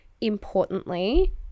importantly